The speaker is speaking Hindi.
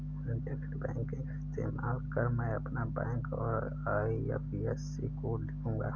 इंटरनेट बैंकिंग का इस्तेमाल कर मैं अपना बैंक और आई.एफ.एस.सी कोड लिखूंगा